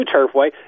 Turfway